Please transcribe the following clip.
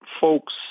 folks